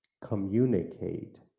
communicate